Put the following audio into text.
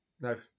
no